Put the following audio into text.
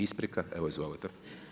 Isprika, evo izvolite.